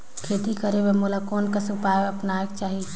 खेती करे बर मोला कोन कस उपाय अपनाये चाही?